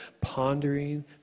pondering